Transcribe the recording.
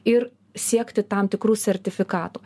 ir siekti tam tikrų sertifikatų